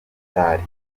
mitali